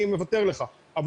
אני מוותר לך.